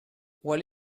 while